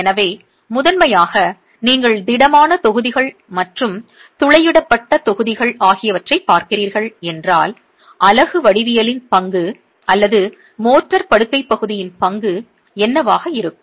எனவே முதன்மையாக நீங்கள் திடமான தொகுதிகள் மற்றும் துளையிடப்பட்ட தொகுதிகள் ஆகியவற்றைப் பார்க்கிறீர்கள் என்றால் அலகு வடிவியலின் பங்கு அல்லது மோர்டார் படுக்கைப் பகுதியின் பங்கு என்னவாக இருக்கும்